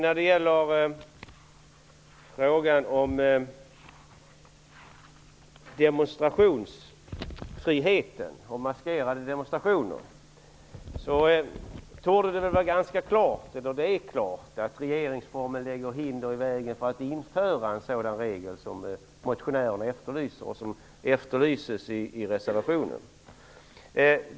När det gäller frågan om demonstrationsfrihet och maskerade demonstranter vill jag säga följande. Det är klart att regeringsformen lägger hinder i vägen för att införa den regel som motionärerna efterlyser och som efterlyses i reservationen.